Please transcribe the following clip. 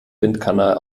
windkanal